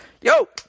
yo